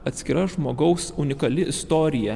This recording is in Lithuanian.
atskiras žmogaus unikali istorija